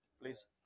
Please